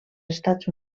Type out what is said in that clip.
estats